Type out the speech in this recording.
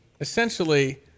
essentially